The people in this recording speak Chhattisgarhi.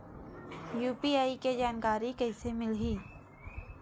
यू.पी.आई के जानकारी कइसे मिलही?